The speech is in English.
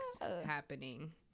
happening